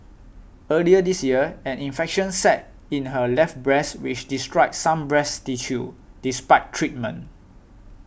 early this year an infection set in her left breast which destroyed some breast tissue despite treatment